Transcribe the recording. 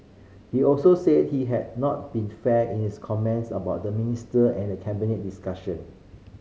he also said he had not been fair in his comments about the minister and Cabinet discussion